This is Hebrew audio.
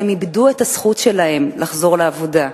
הן איבדו את הזכות שלהן לחזור לעבודה,